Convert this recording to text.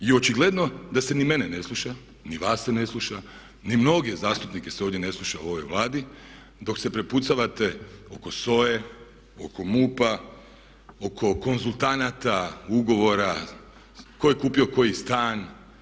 I očigledno da se ni mene ne sluša, ni vas se ne sluša, ni mnoge zastupnike se ovdje ne sluša u ovoj Vladi dok se prepucavate oko SOA-e, oko MUP-a, oko konzultanata, ugovora, tko je kupio koji stan.